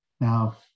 Now